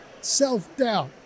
self-doubt